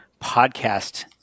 podcast